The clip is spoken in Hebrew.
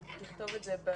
חבר'ה, תפתרו את זה איתם.